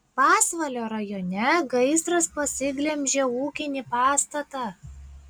pasvalio rajone gaisras pasiglemžė ūkinį pastatą